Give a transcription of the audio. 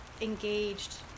engaged